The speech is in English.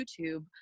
YouTube